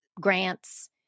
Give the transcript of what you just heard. grants